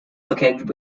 located